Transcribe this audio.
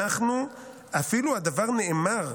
אפילו הדבר נאמר,